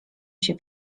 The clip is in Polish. się